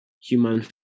human